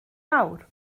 nawr